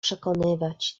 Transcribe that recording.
przekonywać